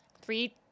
Three